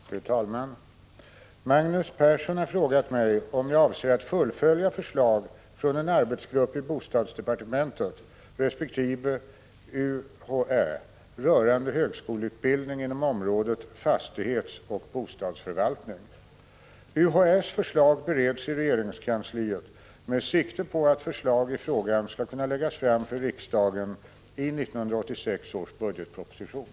Fru talman! Magnus Persson har frågat mig om jag avser att fullfölja förslag från en arbetsgrupp i bostadsdepartementet resp. UHÄ rörande högskoleutbildning inom området fastighetsoch bostadsförvaltning. UHÄ:s förslag bereds i regeringskansliet med sikte på att förslag i frågan skall kunna läggas fram för riksdagen i 1986 års budgetproposition.